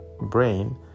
brain